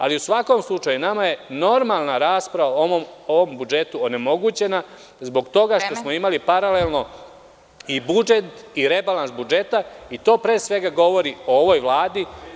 Ali, u svakom slučaju, nama je normalna rasprava o ovom budžetu onemogućena zbog toga što smo imali… (Predsedavajuća: Vreme.) … paralelno i budžet i rebalans budžeta i to pre svega govori o ovoj Vladi.